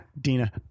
Dina